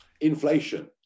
Inflation